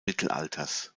mittelalters